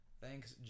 Thanks